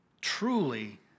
Truly